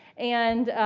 and